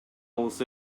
алыс